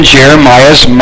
Jeremiah's